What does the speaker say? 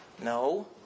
No